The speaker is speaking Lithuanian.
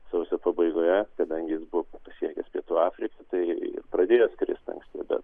sausio pabaigoje kadangi jis buvo pasiekęs pietų afriką tai pradėjo skristi anksti bet